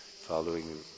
following